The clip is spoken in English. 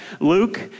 Luke